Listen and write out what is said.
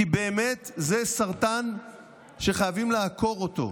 כי באמת זה סרטן שחייבים לעקור אותו.